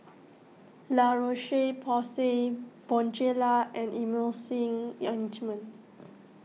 La Roche Porsay Bonjela and Emulsying Ointment